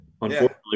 Unfortunately